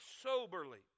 soberly